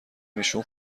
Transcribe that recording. ایشونا